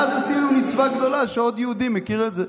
ואז עשינו מצווה גדולה שעוד יהודי מכיר את זה.